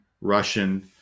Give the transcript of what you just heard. Russian